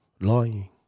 lying